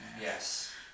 Yes